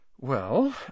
Well